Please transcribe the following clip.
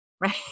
right